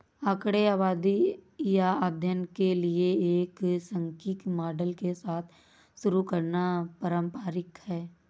आंकड़े आबादी या अध्ययन के लिए एक सांख्यिकी मॉडल के साथ शुरू करना पारंपरिक है